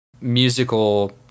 musical